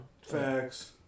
Facts